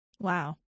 Wow